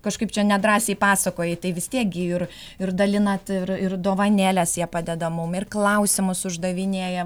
kažkaip čia nedrąsiai pasakoji tai vis tiek gi ir ir dalinat ir ir dovanėles jie padeda mum ir klausimus uždavinėja